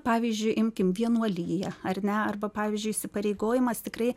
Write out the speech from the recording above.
pavyzdžiui imkim vienuoliją ar ne arba pavyzdžiui įsipareigojimas tikrai